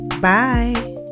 Bye